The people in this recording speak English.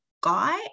Guy